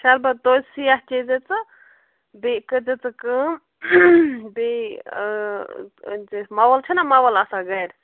شَربَت توٚتہِ سِیاہ چٮ۪ے زِ ژٕ بیٚیہِ کٔرۍزِ ژٕ کٲم بیٚیہِ أنۍزِ مَوَل چھِنہٕ مَوَل آسان گَر